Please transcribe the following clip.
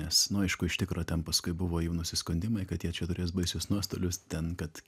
nes nu aišku iš tikro ten paskui buvo jau nusiskundimai kad jie čia turės baisius nuostolius ten kad